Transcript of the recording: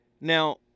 Now